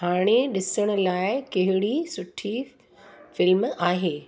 हाणे ॾिसण लाइ कहिड़ी सुठी फिल्म आहे